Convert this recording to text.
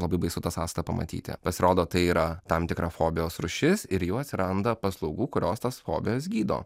labai baisu tą sąskaitą pamatyti pasirodo tai yra tam tikra fobijos rūšis ir jau atsiranda paslaugų kurios tas fobijas gydo